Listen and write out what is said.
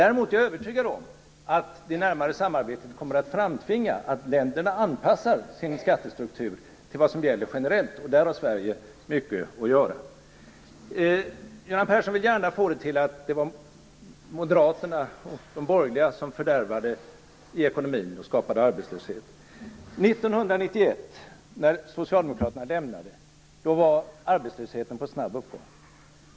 Däremot är jag övertygad om att det närmare samarbetet kommer att framtvinga en anpassning av ländernas skattestruktur till vad som gäller generellt, och i det avseendet har Sverige mycket att göra. Göran Persson vill gärna få det till att det var Moderaterna och de borgerliga som fördärvade ekonomin och skapade arbetslöshet. År 1991, när Socialdemokraterna lämnade makten, var arbetslösheten på snabb uppgång.